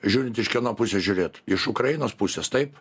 žiūrint iš kieno pusės žiūrėt iš ukrainos pusės taip